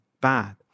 bad